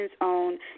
on